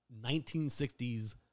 1960s